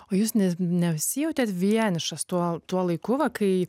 o jūs ne nesijautėt vienišas tuo tuo laiku va kai